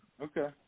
Okay